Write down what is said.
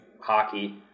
hockey